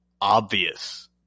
obvious